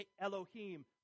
Elohim